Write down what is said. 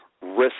risk